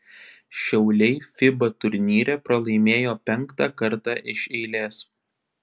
šiauliai fiba turnyre pralaimėjo penktą kartą iš eilės